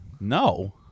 No